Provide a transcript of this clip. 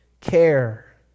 care